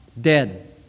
dead